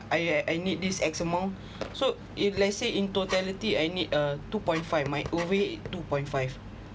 I I need this X amount so if let's say in totality I need uh two point five my overhead two point five